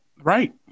Right